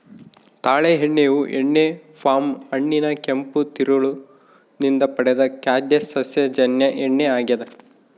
ತಾಳೆ ಎಣ್ಣೆಯು ಎಣ್ಣೆ ಪಾಮ್ ಹಣ್ಣಿನ ಕೆಂಪು ತಿರುಳು ನಿಂದ ಪಡೆದ ಖಾದ್ಯ ಸಸ್ಯಜನ್ಯ ಎಣ್ಣೆ ಆಗ್ಯದ